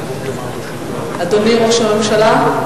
אדוני ראש הממשלה?